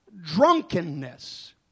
drunkenness